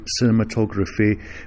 cinematography